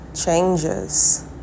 changes